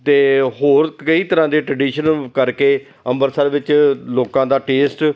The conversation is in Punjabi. ਅਤੇ ਹੋਰ ਕਈ ਤਰ੍ਹਾਂ ਦੇ ਟਰਡੀਸ਼ਨਲ ਕਰਕੇ ਅੰਮ੍ਰਿਤਸਰ ਵਿੱਚ ਲੋਕਾਂ ਦਾ ਟੇਸਟ